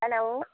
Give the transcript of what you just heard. hello